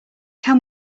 can